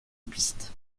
pistes